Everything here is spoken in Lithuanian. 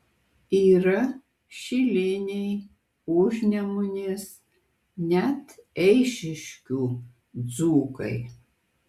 yra šiliniai užnemunės net eišiškių dzūkai